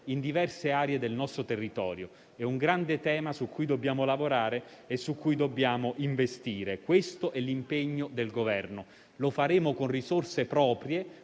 diverse aree del nostro territorio, un grande tema su cui dobbiamo lavorare e dobbiamo investire. Questo è l'impegno del Governo. Lo faremo con nostre risorse